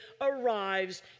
arrives